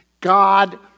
God